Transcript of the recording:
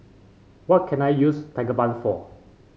what can I use Tigerbalm for